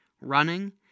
running